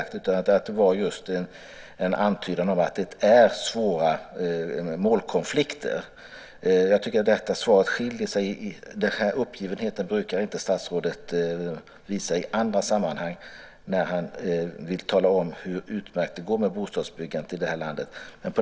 Det kanske var en antydan om att det är svåra målkonflikter. Den uppgivenheten brukar statsrådet inte visa i andra sammanhang när han vill tala om hur utmärkt det går med bostadsbyggandet i det här landet.